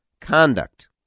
conduct